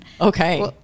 Okay